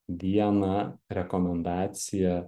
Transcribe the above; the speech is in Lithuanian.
viena rekomendacija